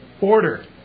order